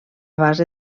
base